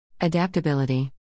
Adaptability